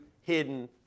hidden